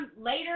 later